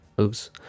Oops